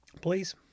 please